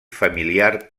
familiar